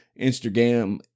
Instagram